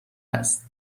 است